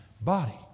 body